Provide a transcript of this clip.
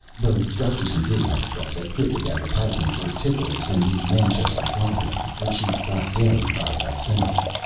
though gusterson did run across a cryptic advertisement for ticklers in the manchester guardian, which he got daily by facsimile.